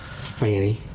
Fanny